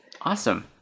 awesome